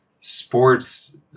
sports